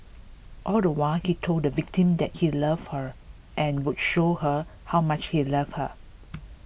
all the while he told the victim that he loved her and would show her how much he loved her